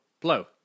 blow